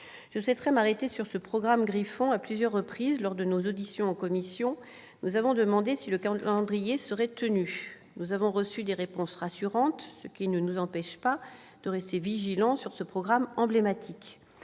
à m'arrêter un instant sur ce programme Griffon. En effet, à plusieurs reprises, lors de nos auditions en commission, nous avons demandé si le calendrier établi serait tenu. Nous avons reçu des réponses rassurantes, ce qui ne nous empêche pas de rester vigilants au sujet de ce programme emblématique.